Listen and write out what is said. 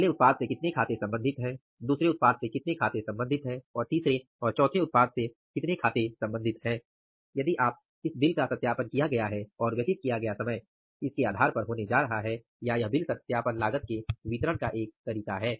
पहले उत्पाद से कितने खातें सम्बंधित हैं दूसरे उत्पाद से कितने खाते संबंधित हैं तीसरे और चौथे उत्पाद से कितने खाते संबंधित है यदि इस आधार पर बिल का सत्यापन किया गया है और व्यतीत किया गया समय इसका आधार होने जा रहा है या यह बिल सत्यापन लागत के वितरण का एक तरीका है